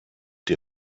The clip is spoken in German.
die